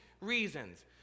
reasons